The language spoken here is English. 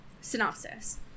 synopsis